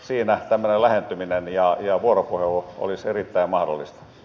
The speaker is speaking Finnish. siinä tämmöinen lähentyminen ja vuoropuhelu olisi erittäin mahdollista